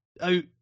out